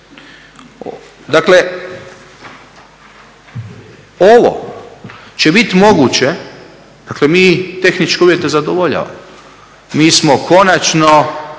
Dakle, ovo će biti moguće, dakle mi tehničke uvjete zadovoljavamo, mi smo konačno,